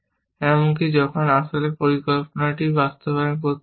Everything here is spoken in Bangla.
এমনকি যখন আপনি আসলে পরিকল্পনাটি বাস্তবায়ন করতে চান